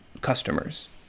customers